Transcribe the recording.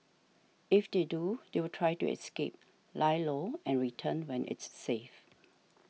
if they do they will try to escape lie low and return when it's safe